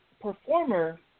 performer